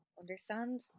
understand